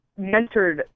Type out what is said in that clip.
mentored